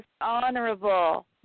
honorable